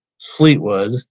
Fleetwood